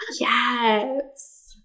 Yes